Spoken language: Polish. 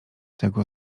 tego